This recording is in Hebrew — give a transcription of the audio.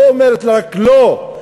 לא אומרת רק לא,